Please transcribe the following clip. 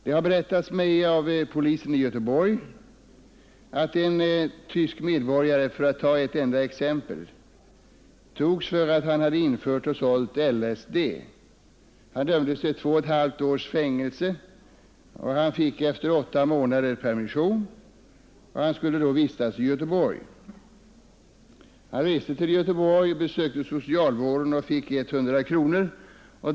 Det har berättats mig av polisen i Göteborg att en tysk medborgare — för att ta ett enda exempel — greps för att han infört och sålt LSD. Han dömdes till två och ett halvt års fängelse. Han fick efter åtta månader permission och skulle då vistas i Göteborg. Han reste till Göteborg, besökte socialvården och fick där 100 kronor.